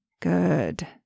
Good